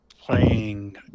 playing